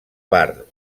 part